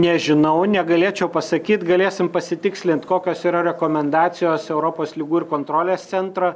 nežinau negalėčiau pasakyt galėsim pasitikslint kokios yra rekomendacijos europos ligų ir kontrolės centro